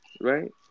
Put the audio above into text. Right